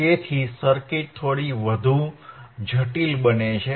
તેથી સર્કિટ થોડી વધુ જટિલ બને છે